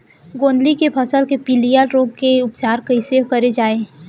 गोंदली के फसल के पिलिया रोग के उपचार कइसे करे जाये?